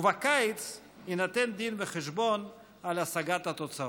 ובקיץ יינתן דין וחשבון על השגת התוצאות.